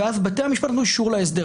ואז בתי המשפט לא --- להסדר.